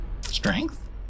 Strength